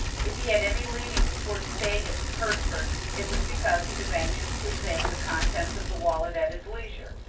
if he had any leanings towards staying at hertford it was because he was anxious to examine the contents of the wallet at his leisure.